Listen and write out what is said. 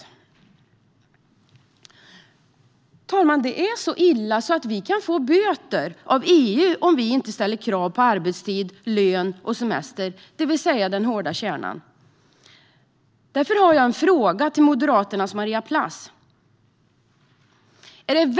Herr talman! Det är så illa att vi kan få böter av EU om vi inte ställer krav på arbetstid, lön och semester, det vill säga den hårda kärnan. Därför har jag en fråga till Moderaternas Maria Plass.